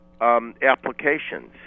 applications